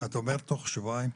את אומרת תוך שבועיים?